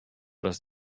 raz